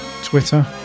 twitter